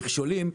מכשולים,